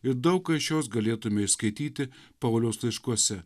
ir daug ką iš jos galėtume išskaityti pauliaus laiškuose